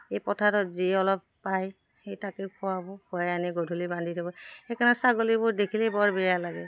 এই পথাৰত যি অলপ পায় সেই তাকেই খোৱাব খোৱাই আনি গধূলি বান্ধি দিব সেইকাৰণে ছাগলীবোৰ দেখিলেই বৰ বেয়া লাগে